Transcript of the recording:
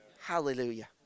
Hallelujah